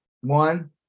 One